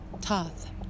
Toth